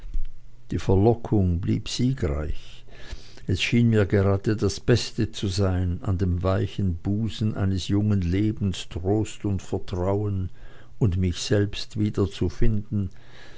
die verlockung blieb siegreich es schien mir gerade das beste zu sein an dem weichen busen eines jungen lebens trost und vertrauen und mich selbst wiederzufinden